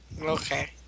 Okay